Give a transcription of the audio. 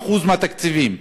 מ-50% מהתקציבים,